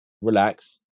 relax